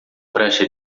prancha